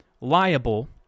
liable